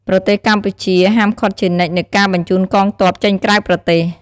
ប្រទេសកម្ពុជា ហាមឃាត់ជានិច្ចនូវការបញ្ជូនកងទ័ពចេញក្រៅប្រទេស។